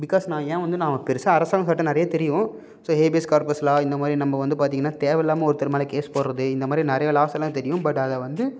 because நான் ஏன் வந்து நான் பெருசாக அரசாங்க சட்டம் நிறைய தெரியும் ஸோ ஏபிஎஸ் கார்பஸ்லாம் இந்த மாதிரி நம்ம வந்து பார்த்தீங்கன்னா தேவை இல்லாமல் ஒருத்தர் மேலே கேஸ் போடுறது இந்த மாதிரி நிறைய லாஸெல்லாம் தெரியும் பட் அதை வந்து